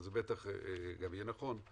אבל זה בטח גם יהיה נכון,